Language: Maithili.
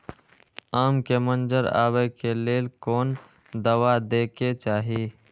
आम के मंजर आबे के लेल कोन दवा दे के चाही?